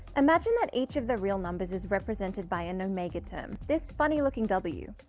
imagine that each of the real numbers is represented by an omega term, this funny looking w.